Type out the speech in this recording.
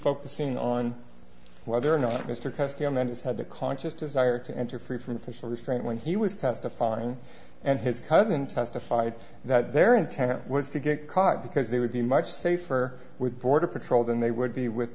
focusing on whether or not mr custom and his had the conscious desire to enter free from facial restraint when he was testifying and his cousin testified that their intent was to get caught because they would be much safer with border patrol than they would be with